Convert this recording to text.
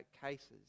cases